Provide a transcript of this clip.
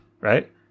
right